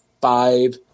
five